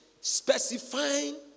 specifying